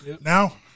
Now